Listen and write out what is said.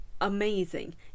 Amazing